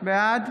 בעד